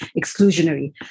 Exclusionary